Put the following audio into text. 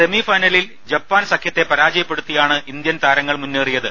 സെമിഫൈനലിൽ ജപ്പാൻ സഖ്യത്തെ പരാജയപ്പെടുത്തിയാണ് ഇന്ത്യൻ താരങ്ങൾ മുന്നേ റിയത്